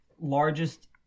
largest